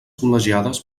col·legiades